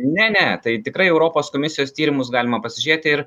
ne ne tai tikrai europos komisijos tyrimus galima pasižiūrėti ir